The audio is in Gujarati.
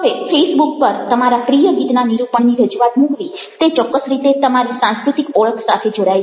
હવે ફેઇસબુક પર તમારા પ્રિય ગીતના નિરૂપણની રજૂઆત મૂકવી તે ચોક્કસ રીતે તમારી સાંસ્કૃતિક ઓળખ સાથે જોડાય છે